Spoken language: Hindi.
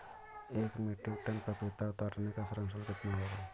एक मीट्रिक टन पपीता उतारने का श्रम शुल्क कितना होगा?